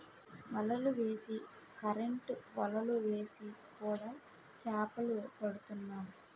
వలలు వేసి కరెంటు వలలు వేసి కూడా చేపలు పడుతున్నాం